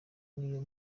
niyo